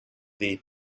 the